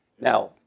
Now